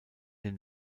den